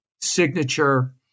Signature